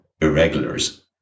Irregulars